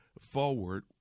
forward